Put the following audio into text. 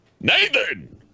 Nathan